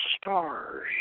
stars